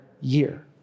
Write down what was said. year